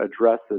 addresses